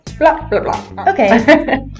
Okay